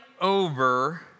over